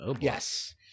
Yes